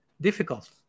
difficult